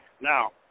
Now